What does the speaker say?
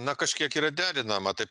na kažkiek yra derinama tai